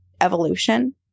evolution